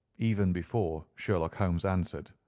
even before sherlock holmes answered.